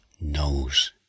knows